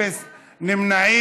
בעד, 38, אפס מתנגדים, אפס נמנעים.